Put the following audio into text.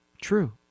true